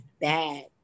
bad